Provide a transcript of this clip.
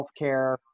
healthcare